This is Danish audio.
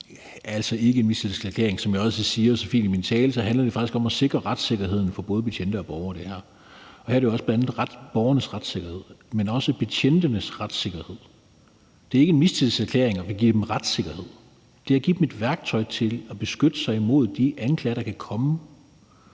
altså ikke en mistillidserklæring. Som jeg også siger så fint i min tale, handler det her faktisk om at sikre retssikkerheden for både betjente og borgere. Her er det jo også bl.a. borgernes retssikkerhed, men også betjentenes retssikkerhed. Det er ikke en mistillidserklæring at ville give dem retssikkerhed. Det er at give dem et værktøj til at beskytte sig imod de anklager, der kan komme,